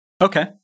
Okay